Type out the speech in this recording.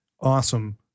awesome